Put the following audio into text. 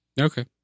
okay